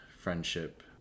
friendship